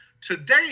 today